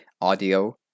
audio